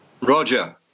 Roger